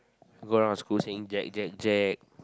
go around the school saying Jack Jack Jack